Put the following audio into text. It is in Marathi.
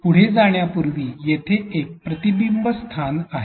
पुढे जाण्यापूर्वी येथे एक प्रतिबिंब स्थान आहे